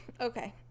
Okay